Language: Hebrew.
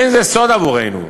אין זה סוד עבורנו: